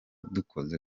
dukoze